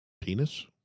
Penis